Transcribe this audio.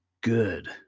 good